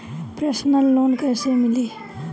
Personal loan कैसे ली?